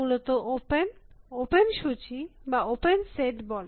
আমরা এদেরকে সেট এ সঞ্চিত করব যেটিকে তথাকথিত ভাবে মূলত খোলা খোলা সূচী বা খোলা সেট বলে